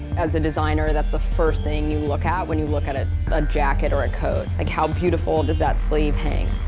as a designer, that's the first thing you look at when you look at at a jacket or a coat. like how beautiful does that sleeve hang.